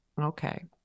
okay